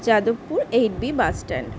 Jadavpur eight B bus stand